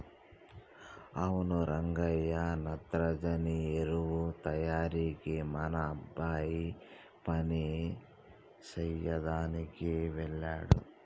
అవును రంగయ్య నత్రజని ఎరువు తయారీకి మన అబ్బాయి పని సెయ్యదనికి వెళ్ళాడు